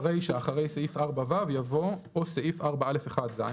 ברישה, אחרי "סעיף 4(ו)" יבוא "או סעיף 4א1(ז)"."